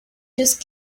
just